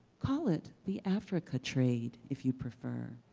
called it the africa trade, if you prefer.